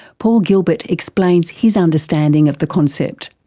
paul gilbert explains his understanding of the concept.